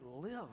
live